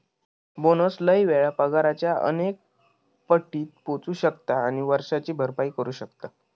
bonus लय वेळा पगाराच्या अनेक पटीत पोचू शकता आणि वर्षाची भरपाई करू शकता